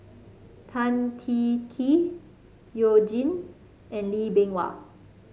Tan Teng Kee You Jin and Lee Bee Wah